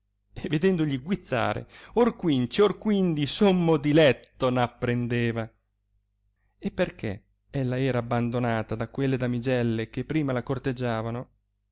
e vedendogli guizzare or quinci or quindi sommo diletto n apprendeva e perchè ella era abbandonata da quelle damigelle che prima la corteggiavano